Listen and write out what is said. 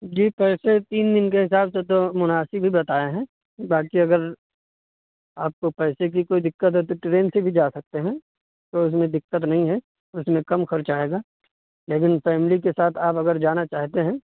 جی پیسے تین دن کے حساب سے تو مناسب ہی بتائے ہیں باقی اگر آپ کو پیسے کی کوئی دقت ہے تو ٹرین سے بھی جا سکتے ہیں کوئی اس میں دقت نہیں ہے اس میں کم خرچ آئے گا لیکن فیملی کے ساتھ آپ اگر جانا چاہتے ہیں